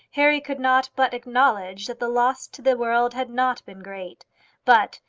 harry could not but acknowledge that the loss to the world had not been great but,